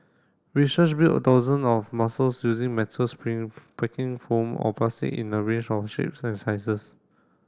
research built a dozen of muscles using metal spring packing foam or plastic in a range of shapes and sizes